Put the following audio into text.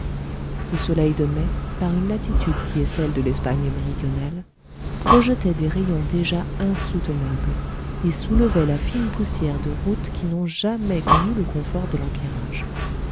ce soleil de mai par une latitude qui est celle de l'espagne méridionale projetait des rayons déjà insoutenables et soulevait la fine poussière de routes qui n'ont jamais connu le confort de l'empierrage